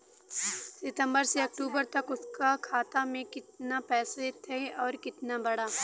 सितंबर से अक्टूबर तक उसका खाता में कीतना पेसा था और कीतना बड़ा?